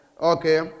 Okay